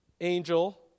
angel